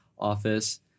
office